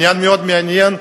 עניין מאוד מעניין,